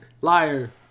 Liar